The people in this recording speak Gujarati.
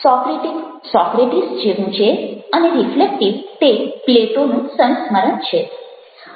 સોક્રેટિક સોક્રેટિસ જેવું છે અને રિફ્લેક્ટિવ તે પ્લેટોનું સંસ્મરણ છે